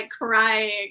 crying